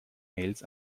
mails